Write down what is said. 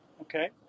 okay